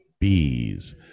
bees